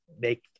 make